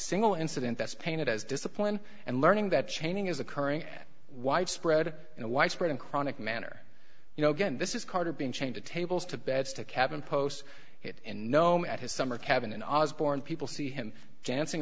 single incident that's painted as discipline and learning that chaining is occurring widespread and widespread in chronic manner you know again this is carter being chained to tables to beds to cabin post in gnome at his summer cabin and osborn people see him dancing